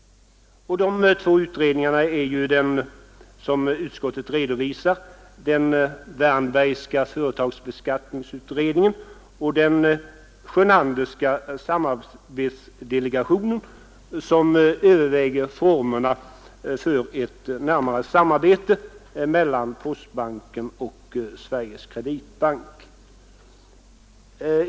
De två utredningarna är, som utskottet redovisar, den Wärnbergska företagsbeskattningsutredningen och den Sjönanderska samarbetsdelegationen, som överväger formerna för ett närmare samarbete mellan postbanken och Sveriges kreditbank.